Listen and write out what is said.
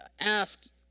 asked